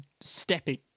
stepping